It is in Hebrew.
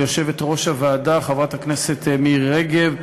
ליושבת-ראש הוועדה חברת הכנסת מירי רגב,